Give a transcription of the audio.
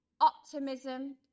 optimism